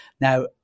now